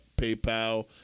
PayPal